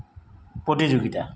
প্ৰতিযোগিতা